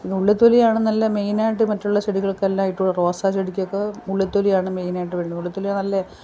പിന്നെ ഉള്ളിതൊലിയാണ് നല്ലത് മെയിനായിട്ട് മറ്റൊള്ള ചെടികൾക്കെല്ലാം ഇട്ട് കൊടുക്കുക റോസാ ചെടിക്കൊക്കെ ഉള്ളിത്തൊലിയാണ് മെയിനായിട്ട് വേണ്ടുന്നത് ഉള്ളിത്തൊലി നല്ല